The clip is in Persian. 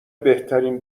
بهترین